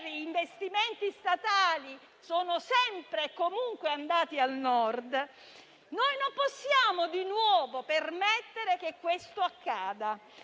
investimenti statali sono sempre e comunque andati al Nord. Non possiamo permettere che questo accada